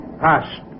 past